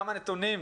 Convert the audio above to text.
כולל נתוני